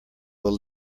will